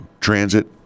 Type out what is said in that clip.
transit